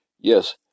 Yes